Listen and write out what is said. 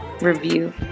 review